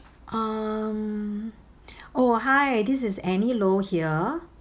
um oh hi this is annie low here